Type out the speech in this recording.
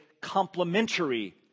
complementary